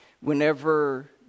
whenever